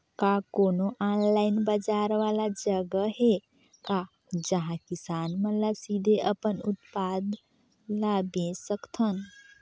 का कोनो ऑनलाइन बाजार वाला जगह हे का जहां किसान मन ल सीधे अपन उत्पाद ल बेच सकथन?